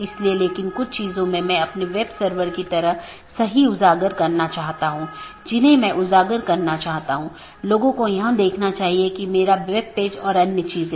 इसलिए मैं एकल प्रविष्टि में आकस्मिक रूटिंग विज्ञापन कर सकता हूं और ऐसा करने में यह मूल रूप से स्केल करने में मदद करता है